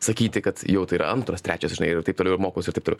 sakyti kad jau tai yra antros trečios žinai ir taip toliau ir mokausi ir taip toliau